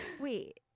Wait